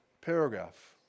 Paragraph